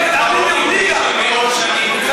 זה גם בית-קברות יהודי.